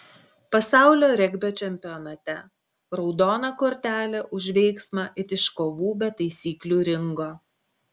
pasaulio regbio čempionate raudona kortelė už veiksmą it iš kovų be taisyklių ringo